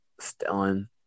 Stellan